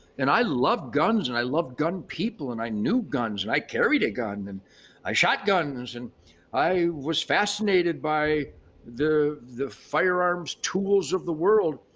and i love guns and i love gun people and i knew guns and i carried a gun and i shot guns. and i was fascinated by the the firearms tools of the world.